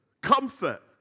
comfort